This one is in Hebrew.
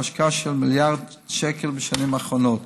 בהשקעה של 1 מיליארד שקל בשנים האחרונות,